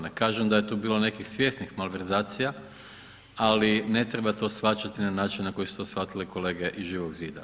Ne kažem da je tu bilo nekih svjesnih malverzacija, ali ne treba shvaćati na način na koji su to shvatili kolege iz Živog zida.